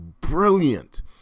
Brilliant